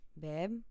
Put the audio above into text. Babe